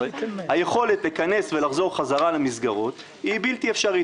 היכולת לכנס ולחזור חזרה למסגרות היא בלתי אפשרית,